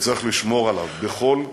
וצריך לשמור עליו, בכל התפתחות,